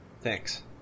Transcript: Thanks